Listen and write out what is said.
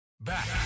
Back